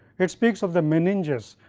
it speaks of the meninges,